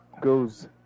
goes